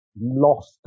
lost